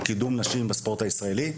לקידום נשים בספורט הישראלי.